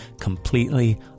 completely